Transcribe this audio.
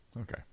Okay